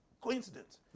coincidence